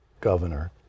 governor